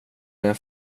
den